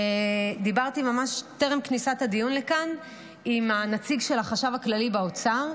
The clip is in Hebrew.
דיברתי ממש טרם הכניסה לדיון כאן עם הנציג של החשב הכללי באוצר,